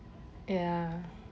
ya